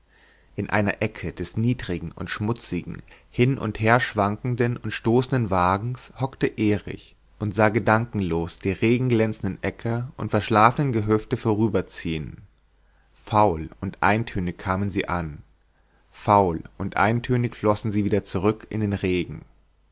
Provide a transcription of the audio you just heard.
in einer ecke des niedrigen und schmutzigen hin und her schwankenden und stoßenden wagens hockte erich und sah gedankenlos die regenglänzenden äcker und verschlafenen gehöfte vorüberziehen faul und eintönig kamen sie an faul und eintönig flossen sie wieder zurück in den regen